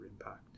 impact